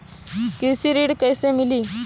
कृषि ऋण कैसे मिली?